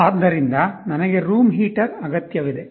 ಆದ್ದರಿಂದ ನನಗೆ room heater ಅಗತ್ಯವಿದೆ